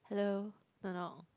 hello knock knock